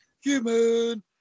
human